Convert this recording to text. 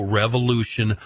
revolution